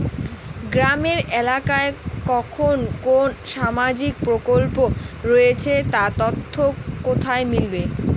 গ্রামের এলাকায় কখন কোন সামাজিক প্রকল্প রয়েছে তার তথ্য কোথায় মিলবে?